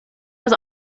was